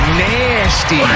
nasty